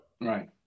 Right